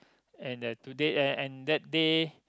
and the today and and that day